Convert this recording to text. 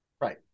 right